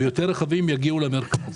ויותר רכבים יגיעו למרכז.